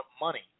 money